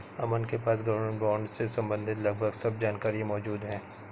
अमन के पास government bond से सम्बंधित लगभग सब जानकारी मौजूद है